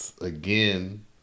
again